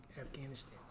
Afghanistan